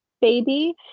baby